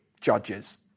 Judges